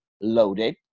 loaded